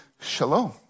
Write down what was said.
shalom